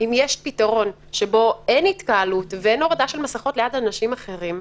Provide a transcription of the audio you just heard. אם יש פתרון שבו אין התקהלות ואין הורדה של מסכות ליד אנשים אחרים,